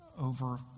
over